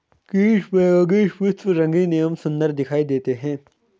कीट परागित पुष्प रंगीन एवं सुन्दर दिखाई देते हैं